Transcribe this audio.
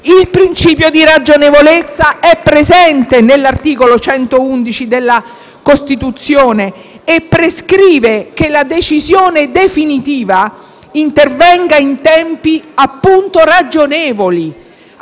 Il principio di ragionevolezza, colleghi, è presente nell'articolo 111 della Costituzione e prescrive che la decisione definitiva intervenga in tempi ragionevoli,